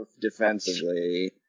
defensively